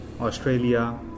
Australia